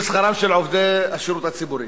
שכרם של עובדי השירות הציבורי,